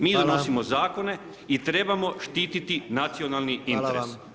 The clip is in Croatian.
Mi donosimo zakone i trebamo štititi nacionalni interes.